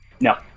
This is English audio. no